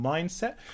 Mindset